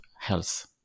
health